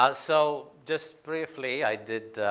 ah so just briefly, i did.